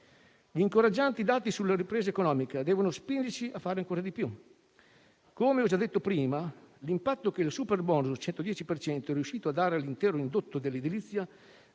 Gli incoraggianti dati sulla ripresa economica devono spingerci a fare ancora di più. Come ho già detto prima, l'impatto che il superbonus al 110 per cento è riuscito a dare all'intero indotto dell'edilizia